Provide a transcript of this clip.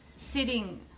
sitting